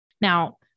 Now